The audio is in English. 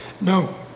No